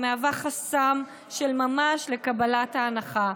ומהווה חסם של ממש לקבלת ההנחה.